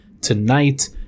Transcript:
tonight